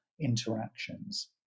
interactions